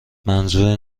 منظوری